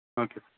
okay sir